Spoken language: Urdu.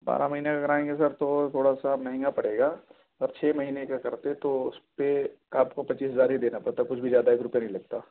بارہ مہینہ کا کرائیں گے سر تو تھوڑا سا مہنگا پڑے گا اگر چھ مہینے کا کرتے تو اس پہ آپ کو پچیس ہزار ہی دینا پڑتا کچھ بھی زیادہ ایک روپیہ نہیں لگتا